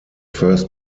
first